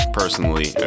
personally